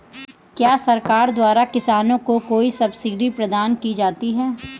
क्या सरकार द्वारा किसानों को कोई सब्सिडी प्रदान की जाती है?